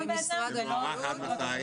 זה מוארך עד מתי?